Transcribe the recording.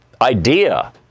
idea